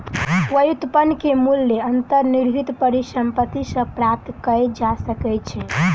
व्युत्पन्न के मूल्य अंतर्निहित परिसंपत्ति सॅ प्राप्त कय जा सकै छै